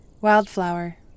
Wildflower